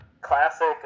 classic